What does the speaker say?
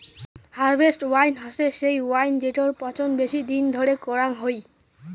harvest wine হসে সেই wine জেটোর পচন বেশি দিন ধরে করাং হই